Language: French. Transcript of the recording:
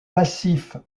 massif